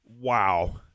Wow